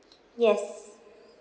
yes